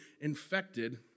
infected